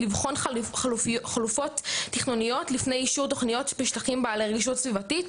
לבחון חלופות תכנוניות לפני אישור תוכניות בשטחים בעלי רשות סביבתית,